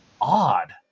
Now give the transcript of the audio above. odd